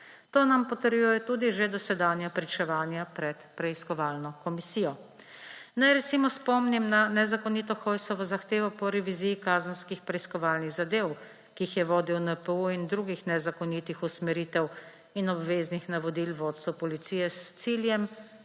To nam potrjujejo tudi že dosedanja pričevanja pred preiskovalno komisijo. Naj recimo spomnim na nezakonito Hojsovo zahtevo po reviziji kazenskih preiskovalnih zadev, ki jih je vodil NPU, in drugih nezakonitih usmeritev in obveznih navodil vodstvu policije s ciljem